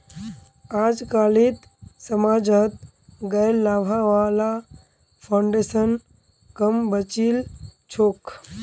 अजकालित समाजत गैर लाभा वाला फाउन्डेशन क म बचिल छोक